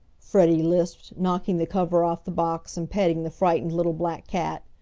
freddie lisped, knocking the cover off the box and petting the frightened little black cat.